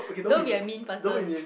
don't be a mean person